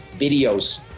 videos